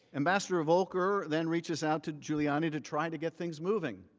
ambassador volker then reaches out to giuliani to try to get things moving.